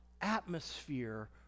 atmosphere